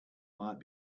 might